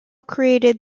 created